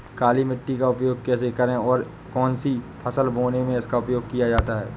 काली मिट्टी का उपयोग कैसे करें और कौन सी फसल बोने में इसका उपयोग किया जाता है?